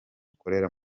ukorera